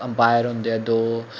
empire होंदे ऐ दो